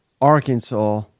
Arkansas